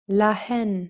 Lahen